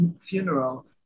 funeral